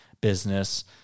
business